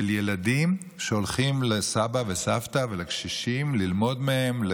של ילדים שהולכים לסבא וסבתא ולקשישים ללמוד מהם,